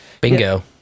bingo